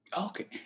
okay